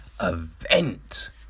event